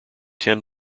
ten